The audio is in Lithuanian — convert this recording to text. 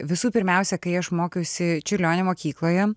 visų pirmiausia kai aš mokiausi čiurlionio mokykloje